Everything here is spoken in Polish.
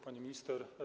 Pani Minister!